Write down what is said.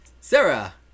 Sarah